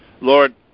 Lord